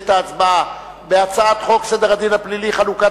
הצעת חוק סדר הדין הפלילי (תיקון מס' 64) (חלוקת